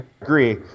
agree